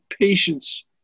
patience